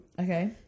Okay